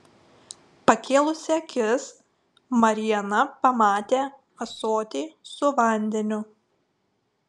pakėlusi akis mariana pamatė ąsotį su vandeniu